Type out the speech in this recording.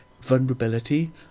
vulnerability